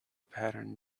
pattern